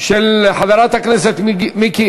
של חברת הכנסת מירי